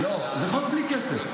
רגע, זה חוק בלי כסף?